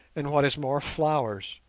and, what is more, flowers.